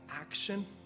action